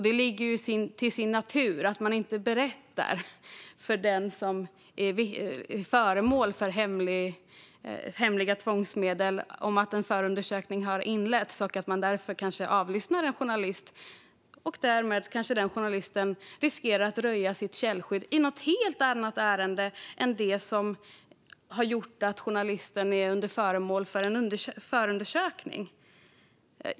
Det ligger i sakens natur att man inte berättar för den som är föremål för användning av hemliga tvångsmedel att en förundersökning har inletts och att man därför avlyssnar exempelvis en journalist, som därmed kanske riskerar att röja sin källa i något helt annat ärende än det som har gjort att journalisten är föremål för en förundersökning.